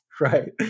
right